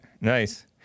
Nice